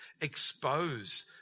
expose